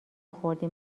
خوردیم